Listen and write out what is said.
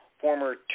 former